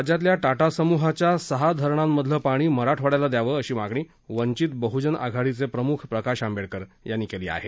राज्यातील टाटा समूहाच्या सहा धरणांमधलं पाणी मराठवाड्याला द्यावं अशी मागणी वंचित बहूजन आघाडीचे प्रमुख प्रकाश आंबेडकर यांनी केली आहे